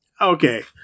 Okay